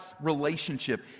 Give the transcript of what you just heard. relationship